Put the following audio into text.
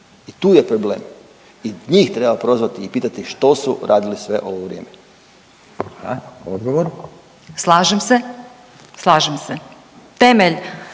I tu je problem i njih treba prozvati i pitati što su radili sve ovo vrijeme. **Radin, Furio